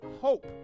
hope